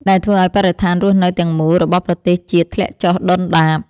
ដែលធ្វើឱ្យបរិស្ថានរស់នៅទាំងមូលរបស់ប្រទេសជាតិធ្លាក់ចុះដុនដាប។